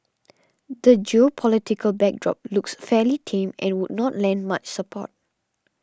the geopolitical backdrop looks fairly tame and would not lend much support